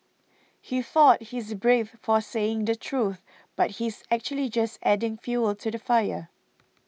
he thought he is brave for saying the truth but he's actually just adding fuel to the fire